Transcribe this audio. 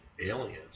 aliens